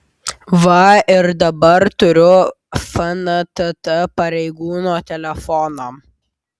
va ir dabar turiu fntt pareigūno telefoną